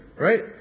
right